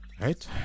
right